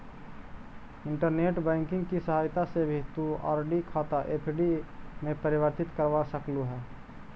internet banking की सहायता से भी तु आर.डी खाता एफ.डी में परिवर्तित करवा सकलू हे